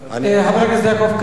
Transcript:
חבר הכנסת יעקב כץ,